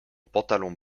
pantalon